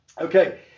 Okay